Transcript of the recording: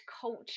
culture